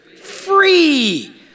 free